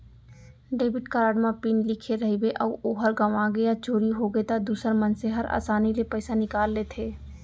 debit card म PIN लिखे रइबे अउ ओहर गँवागे या चोरी होगे त दूसर मनसे हर आसानी ले पइसा निकाल लेथें